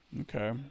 okay